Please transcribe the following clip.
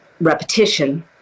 repetition